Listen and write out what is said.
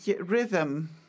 rhythm